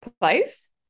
place